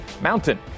Mountain